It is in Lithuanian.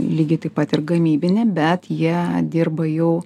lygiai taip pat ir gamybinė bet jie dirba jau